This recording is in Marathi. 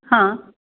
हां